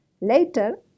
Later